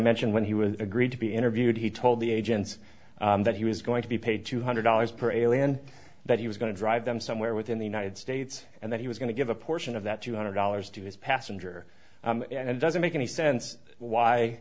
mentioned when he was agreed to be interviewed he told the agents that he was going to be paid two hundred dollars per alien that he was going to drive them somewhere within the united states and that he was going to give a portion of that two hundred dollars to his passenger and it doesn't make any sense why